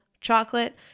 chocolate